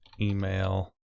email